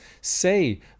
say